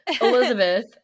Elizabeth